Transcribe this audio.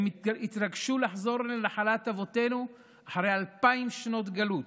הם התרגשו לחזור לנחלת אבותינו אחרי אלפיים שנות גלות,